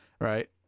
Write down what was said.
right